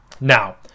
Now